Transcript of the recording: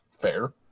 Fair